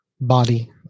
body